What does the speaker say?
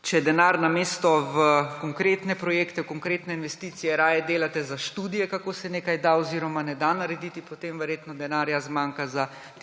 če denar namesto v konkretne projekte, konkretne investicije raje dajete za študije, kako se nekaj da oziroma ne da narediti, potem verjetno denarja zmanjka za tisto